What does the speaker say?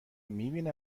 میبینه